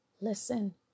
Listen